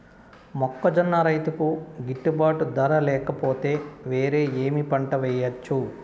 మొక్కజొన్న రైతుకు గిట్టుబాటు ధర లేక పోతే, వేరే ఏమి పంట వెయ్యొచ్చు?